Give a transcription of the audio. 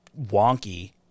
wonky